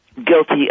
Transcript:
Guilty